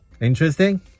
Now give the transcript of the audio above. Interesting